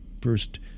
first